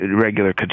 regular